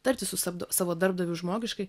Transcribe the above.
tartis su sa savo darbdaviu žmogiškai